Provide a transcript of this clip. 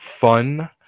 fun